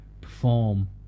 perform